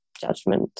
judgment